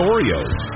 Oreos